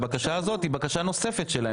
הבקשה הזאת היא בקשה נוספת שלהם.